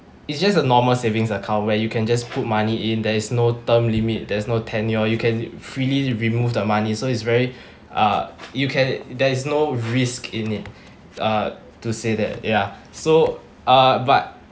it's just a normal savings account where you can just put money in there is no term limits there's no tenure you can freely remove the money so it's very uh you can there is no risk in it uh to say that ya so uh but